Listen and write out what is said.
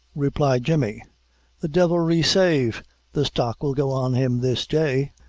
replied jemmy the devil resave the stock will go on him this day.